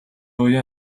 уян